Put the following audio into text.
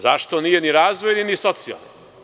Zašto nije ni razvojni ni socijalni?